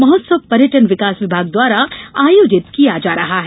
महोत्सव पर्यटन विकास विभाग द्वारा आयोजित किया जा रहा है